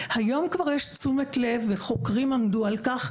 שהיום כבר תשומת לב וחוקרים עמדו על כך